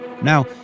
Now